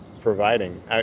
providing